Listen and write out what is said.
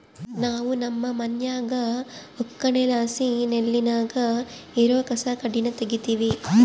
ನಾವು ನಮ್ಮ ಮನ್ಯಾಗ ಒಕ್ಕಣೆಲಾಸಿ ನೆಲ್ಲಿನಾಗ ಇರೋ ಕಸಕಡ್ಡಿನ ತಗೀತಿವಿ